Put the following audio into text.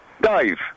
Dave